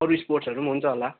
अरू स्पट्सहरू हुन्छ होला